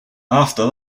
after